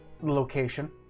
location